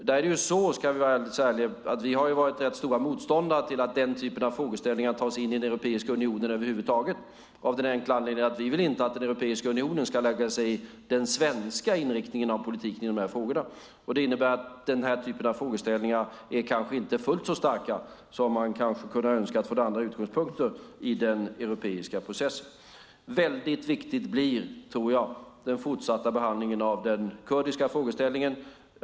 Där är det så, ska jag ärligt säga, att vi har varit rätt stora motståndare till att denna typ av frågeställningar tas in i Europeiska unionen över huvud taget av den enkla anledningen att vi inte vill att Europeiska unionen ska lägga sig i den svenska inriktningen av politiken i dessa frågor. Det innebär att denna typ av frågeställningar kanske inte är fullt så starka som man kanske kunde ha önskat från andra utgångspunkter i den europeiska processen. Jag tror att den fortsatta behandlingen av den kurdiska frågeställningen blir väldigt viktig.